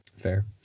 fair